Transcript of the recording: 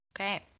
Okay